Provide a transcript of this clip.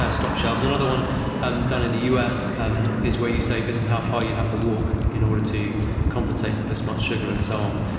ah stop signs. another one um done in the us um is where you say this is how far you'd have to walk in order to compensate for this much sugar, and so on.